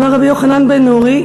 אמר רבי יוחנן בן נורי,